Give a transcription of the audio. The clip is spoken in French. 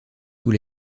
sous